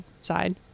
side